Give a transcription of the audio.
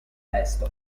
testo